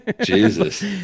Jesus